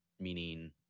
meaning